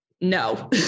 No